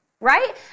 Right